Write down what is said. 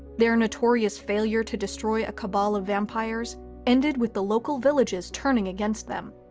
their notorious failure to destroy a cabal of vampires ended with the local villages turning against them,